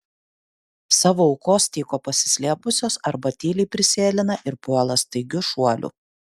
savo aukos tyko pasislėpusios arba tyliai prisėlina ir puola staigiu šuoliu